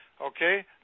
okay